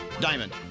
Diamond